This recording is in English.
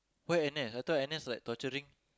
why N_S I thought N_S like torturing